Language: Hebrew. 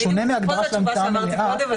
בשונה מהגדרה של המצאה מלאה,